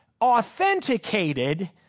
authenticated